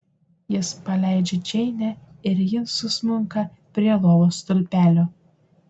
jis paleidžia džeinę ir ji susmunka prie lovos stulpelio